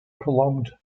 prolonged